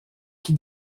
qui